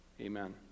Amen